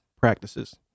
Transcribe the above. practices